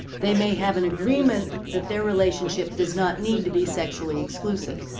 they may have an agreement that their relationship does not need to be sexually exclusive.